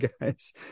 guys